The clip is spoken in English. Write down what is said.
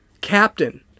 captain